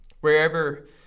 wherever